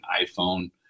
iPhone